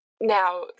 Now